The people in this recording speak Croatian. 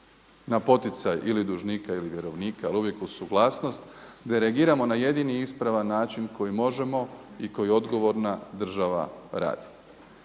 na poticaj ili dužnika ili vjerovnika, ali uvijek uz suglasnost delegiramo na jedini ispravan način koji možemo i koji odgovorna država radi.